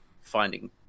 finding